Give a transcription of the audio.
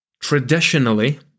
Traditionally